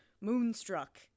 moonstruck